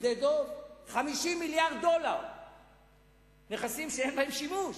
50 מיליארד דולר נכסים שאין בהם שימוש.